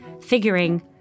Figuring